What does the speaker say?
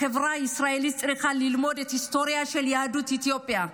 החברה הישראלית צריכה ללמוד את ההיסטוריה של יהדות אתיופיה,